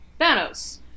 Thanos